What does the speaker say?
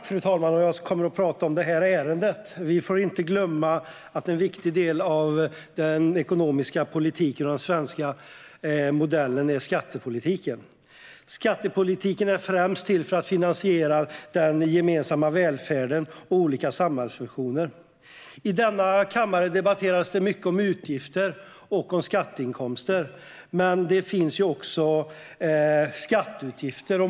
Fru talman! Jag kommer att tala om detta ärende. Vi får inte glömma att en viktig del av den ekonomiska politiken och den svenska modellen är skattepolitiken. Skattepolitiken är främst till för att finansiera den gemensamma välfärden och olika samhällsfunktioner. I denna kammare debatteras det mycket om utgifter och skatteinkomster, men det finns också skatteutgifter.